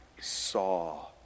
saw